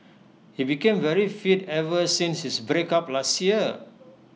he became very fit ever since his breakup last year